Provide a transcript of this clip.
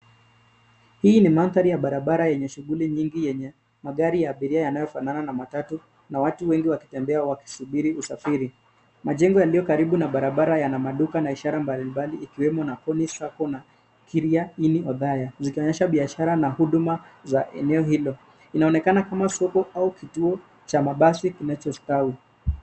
Hii ni mandhari ya barabara yenye shughuli nyingi yenye magari ya abiria yanayofanana na matatu na watu wengi wakitembea wakisubiri usafiri. Majengo yaliyo karibu na barabara yana maduka na ishara mbalimbali ikiwemo Nakonns Sacco na Kiria-ini Othaya zikionyesha biashara na huduma za eneo hilo. Inaonekana kama soko au kituo cha mabasi kinacho stawi.